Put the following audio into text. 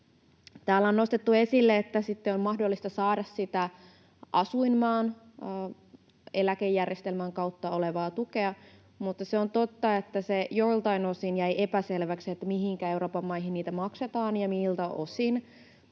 Täällä on nostettu esille, että sitten on mahdollista saada sitä asuinmaan eläkejärjestelmän kautta olevaa tukea, mutta se on totta, että se joltain osin jäi epäselväksi, mihin Euroopan maihin niitä maksetaan ja miltä osin.